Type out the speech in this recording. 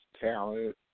talent